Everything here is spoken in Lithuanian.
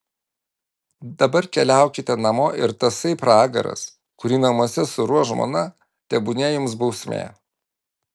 dabar keliaukite namo ir tasai pragaras kurį namuose suruoš žmona tebūnie jums bausmė